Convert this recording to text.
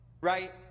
right